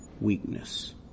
weakness